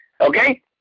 Okay